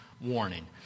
warning